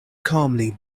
calmly